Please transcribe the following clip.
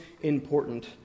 important